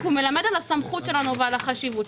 הוא מלמד על הסמכות ועל החשיבות.